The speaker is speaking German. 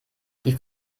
die